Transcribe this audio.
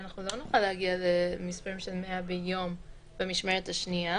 אנחנו לא נוכל להגיע למספרים של 100 ביום במשמרת השנייה,